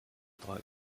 drogue